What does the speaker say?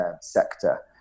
sector